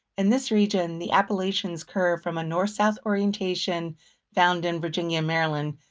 in this region, the appalachians curve from a north-south orientation found in virginia, maryland,